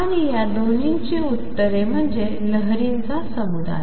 आणि या दोहोंची उत्तरे म्हणजे लहरींचा समुदाय